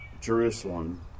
Jerusalem